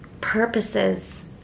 purposes